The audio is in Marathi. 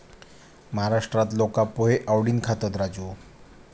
महाराष्ट्रात लोका पोहे आवडीन खातत, राजू